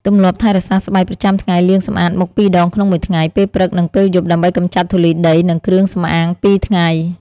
ទម្លាប់ថែរក្សាស្បែកប្រចាំថ្ងៃលាងសម្អាតមុខពីរដងក្នុងមួយថ្ងៃ ពេលព្រឹក និងពេលយប់ ដើម្បីកម្ចាត់ធូលីដី និងគ្រឿងសម្អាងពីថ្ងៃ ។